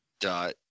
dot